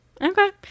Okay